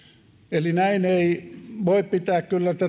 voimalla eli näin ei voi kyllä pitää